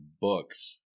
books